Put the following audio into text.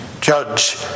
judge